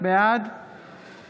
בעד